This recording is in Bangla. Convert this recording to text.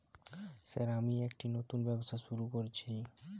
স্যার আমি একটি নতুন ব্যবসা শুরু করেছি?